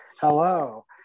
Hello